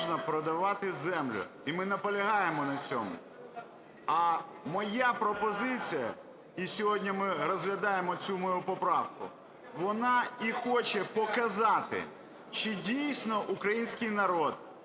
можна продавати землю, і ми наполягаємо на цьому. А моя пропозиція, і сьогодні ми розглядаємо цю мою поправку, вона і хоче показати, чи дійсно український народ,